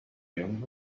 young